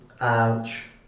Ouch